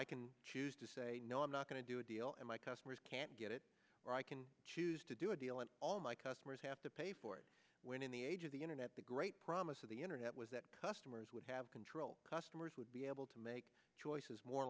i can choose to say no i'm not going to do a deal and my customers can't get it where i can choose to do a deal and all my customers have to pay for it when in the age of the internet the great promise of the internet was that customers would have control customers would be able to make choices more